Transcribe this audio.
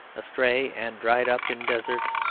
astray and dried up in deserts,